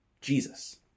Jesus